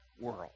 world